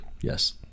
Yes